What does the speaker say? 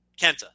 Kenta